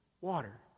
water